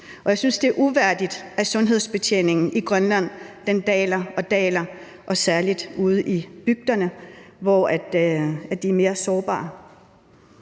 Og jeg synes, det er uværdigt, at sundhedsbetjeningen i Grønland daler og daler, og særlig ude i bygderne, hvor de er mere sårbare.